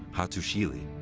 hattusili.